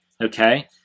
okay